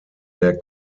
der